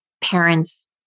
parent's